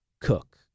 cook